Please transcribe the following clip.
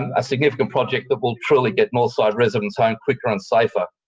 and a significant project that will truly get northside residents home quicker and safer.